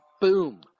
boom